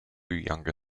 younger